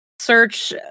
Search